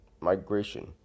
migration